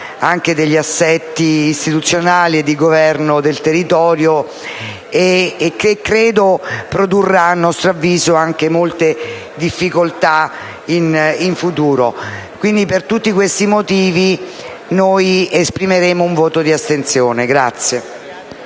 vista degli assetti istituzionali e di governo del territorio che, credo, produrrà, a nostro avviso, molte difficoltà in futuro. Per tutti questi motivi, esprimeremo un voto di astensione.